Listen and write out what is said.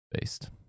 Based